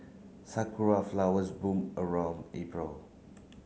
Sakura flowers bloom around April